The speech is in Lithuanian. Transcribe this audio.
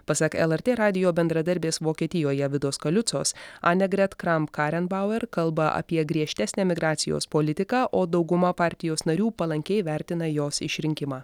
pasak lrt radijo bendradarbės vokietijoje vidos kaliucos ane gret kanembauer kalba apie griežtesnę migracijos politiką o dauguma partijos narių palankiai vertina jos išrinkimą